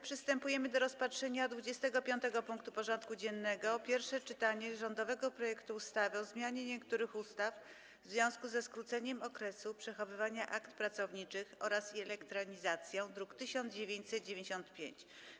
Przystępujemy do rozpatrzenia punktu 25. porządku dziennego: Pierwsze czytanie rządowego projektu ustawy o zmianie niektórych ustaw w związku ze skróceniem okresu przechowywania akt pracowniczych oraz ich elektronizacją (druk nr 1995)